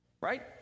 Right